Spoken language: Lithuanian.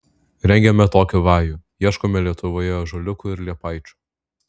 rengėme tokį vajų ieškome lietuvoje ąžuoliukų ir liepaičių